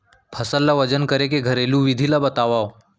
फसल ला वजन करे के घरेलू विधि ला बतावव?